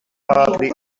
hardly